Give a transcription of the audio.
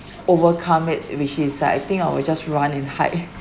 overcome it which is uh I think I will just run and hide